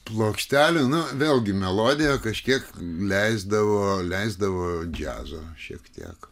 plokštelė nu vėlgi melodija kažkiek leisdavo leisdavo džiazo šiek tiek